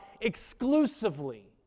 exclusively